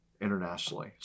internationally